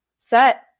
set